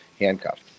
handcuffed